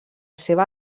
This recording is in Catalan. seva